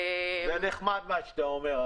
נחמד מה שאתה אומר,